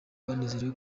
yanezerewe